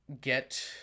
get